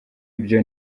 byo